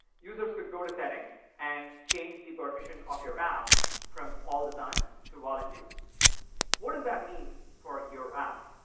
users could go to settings and change the permission of your app from all the time, to while-in-use. what does that mean for your app?